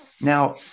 Now